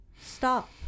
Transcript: Stop